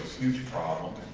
huge problem